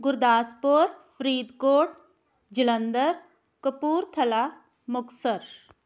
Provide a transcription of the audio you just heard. Gurdaspur Faridkot Jalandhar Kapurthala Muktsar